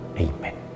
amen